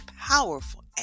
powerful